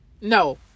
no